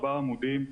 ארבעה עמודים,